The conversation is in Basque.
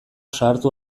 sartu